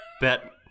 bet